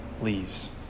leaves